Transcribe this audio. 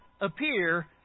appear